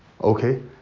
Okay